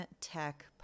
Tech